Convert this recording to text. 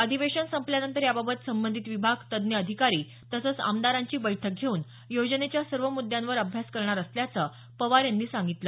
अधिवेशन संपल्यानंतर याबाबत संबंधित विभाग तज्ज्ञ अधिकारी तसंच आमदारांची बैठक घेऊन योजनेच्या सर्व मुद्यांवर अभ्यास करणार असल्याचं पवार यांनी सांगितलं